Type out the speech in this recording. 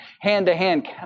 hand-to-hand